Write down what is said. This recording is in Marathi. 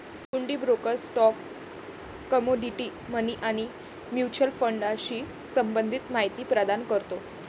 हुंडी ब्रोकर स्टॉक, कमोडिटी, मनी आणि म्युच्युअल फंडाशी संबंधित माहिती प्रदान करतो